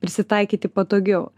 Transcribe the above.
prisitaikyti patogiau